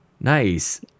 nice